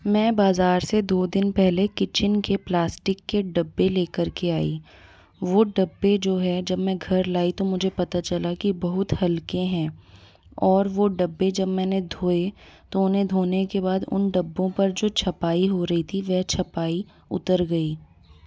मैं बाज़ार से दो दिन पहले किचन के प्लास्टिक के डब्बे लेकर के आई वो डब्बे जो है जब मैं घर लाई तो मुझे पता चला की बहुत हल्के हैं और वो डब्बे जब मैंने धोए तो उन्हें धोने के बाद उन डब्बों पर जो छपाई हो रही थी वह छपाई उतर गई